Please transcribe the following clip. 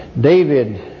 David